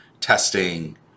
testing